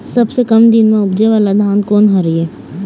सबसे कम दिन म उपजे वाला धान कोन हर ये?